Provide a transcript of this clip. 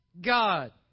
God